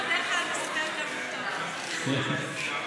הוא בדרך כלל מספר כמה הוא טוב.